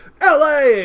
LA